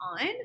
on